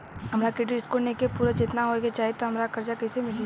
हमार credit score नईखे पूरत जेतना होए के चाही त हमरा कर्जा कैसे मिली?